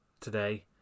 today